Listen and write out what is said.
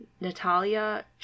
Natalia